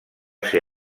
ser